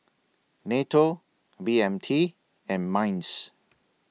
NATO B M T and Minds